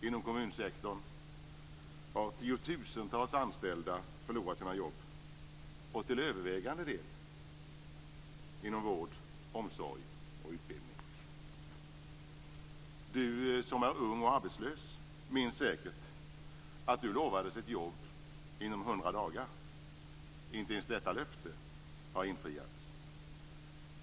Inom kommunsektorn har tiotusentals anställda förlorat sina jobb, till övervägande del inom vård, omsorg och utbildning. Du som är ung och arbetslös minns säkert att du lovades ett jobb inom hundra dagar. Inte ens detta löfte har infriats.